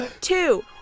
two